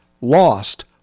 lost